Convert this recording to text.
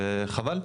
וחבל.